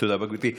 תודה רבה, גברתי.